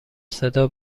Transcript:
صدا